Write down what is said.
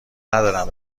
ندارم